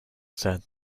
said